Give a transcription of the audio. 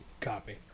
Copy